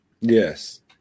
Yes